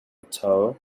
towel